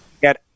get